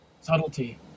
Subtlety